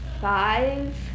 five